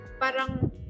parang